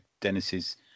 Dennis's